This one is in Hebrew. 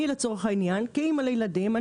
כאמא לילדים,